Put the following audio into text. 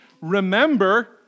remember